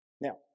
Now